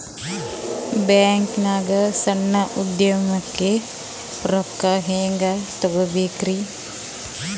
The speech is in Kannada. ಬ್ಯಾಂಕ್ನಾಗ ಸಣ್ಣ ಉದ್ಯಮಕ್ಕೆ ರೊಕ್ಕ ಹೆಂಗೆ ತಗೋಬೇಕ್ರಿ?